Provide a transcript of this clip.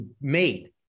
made